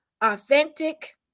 authentic